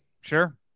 Sure